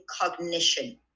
cognition